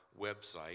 website